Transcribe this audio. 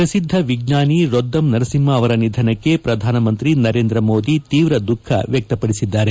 ಪ್ರಸಿದ್ದ ವಿಜ್ಞಾನಿ ರೊದ್ದಂ ನರಸಿಂಹ ಅವರ ನಿಧನಕ್ಕೆ ಪ್ರಧಾನಮಂತ್ರಿ ನರೇಂದ್ರ ಮೋದಿ ತೀವ್ರ ದುಃಖ ವ್ಯಕ್ತಪದಿಸಿದ್ದಾರೆ